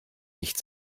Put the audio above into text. nicht